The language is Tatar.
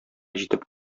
җитеп